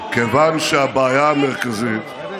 כיוון שהבעיה המרכזית, לרדת?